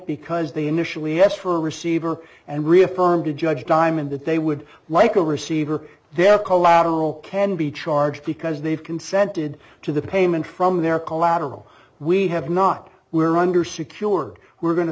because they initially asked for a receiver and reaffirmed to judge diamond that they would like a receiver there collateral can be charged because they've consented to the payment from their collateral we have not under secured we're go